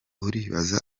uribaza